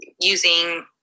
using